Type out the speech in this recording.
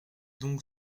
donc